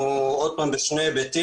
שוב, בשני היבטים.